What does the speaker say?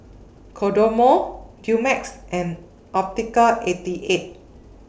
Kodomo Dumex and Optical eighty eight